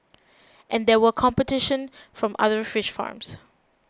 and there was competition from other fish farms